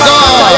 God